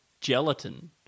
gelatin